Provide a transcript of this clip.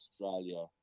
Australia